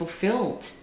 fulfilled